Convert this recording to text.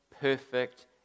perfect